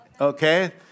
Okay